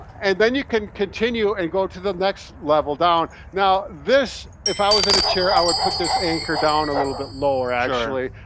and then you can continue and go to the next level down. now this if i was in a chair, i would put this anchor down a little bit lower actually.